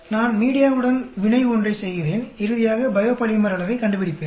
நான் மீடியாவுடன் வினை ஒன்றைச் செய்கிறேன் இறுதியாக பயோபாலிமர் அளவைக் கண்டுபிடிப்பேன்